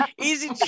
Easy